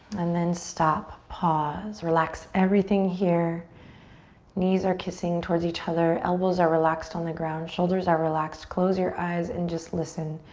and then stop, pause, relax everything here knees are kissing towards each other, elbows are relaxed on the ground, shoulders are relaxed. close your eyes and just listen,